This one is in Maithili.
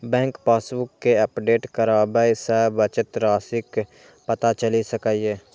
बैंक पासबुक कें अपडेट कराबय सं बचत राशिक पता चलि सकैए